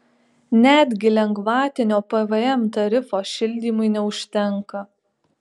netgi lengvatinio pvm tarifo šildymui neužtenka